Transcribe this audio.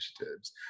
initiatives